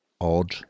odd